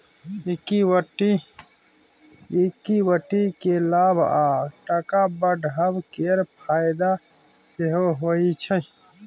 equity केँ लाभ आ टका बढ़ब केर फाएदा सेहो होइ छै